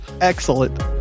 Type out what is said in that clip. Excellent